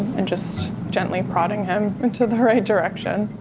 and just gently prodding him into the right direction.